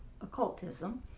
occultism